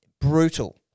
Brutal